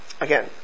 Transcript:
again